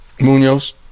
Munoz